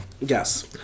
Yes